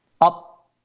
up